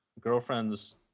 girlfriend's